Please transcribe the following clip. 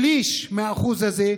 שליש מהאחוז הזה,